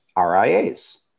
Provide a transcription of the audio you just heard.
RIAs